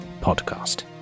Podcast